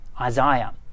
Isaiah